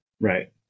Right